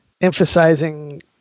emphasizing